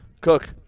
Cook